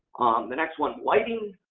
the next one, lighting.